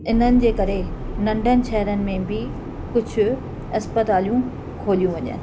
इन्हनि जे करे नंढनि शहरनि में बि कुझु अस्पतालियूं खोलियूं वञनि